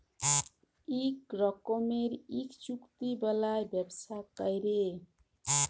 ইক রকমের ইক চুক্তি বালায় ব্যবসা ক্যরে